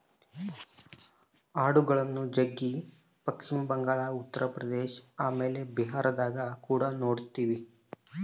ಆಡುಗಳ್ನ ಜಗ್ಗಿ ಪಶ್ಚಿಮ ಬಂಗಾಳ, ಉತ್ತರ ಪ್ರದೇಶ ಆಮೇಲೆ ಬಿಹಾರದಗ ಕುಡ ನೊಡ್ತಿವಿ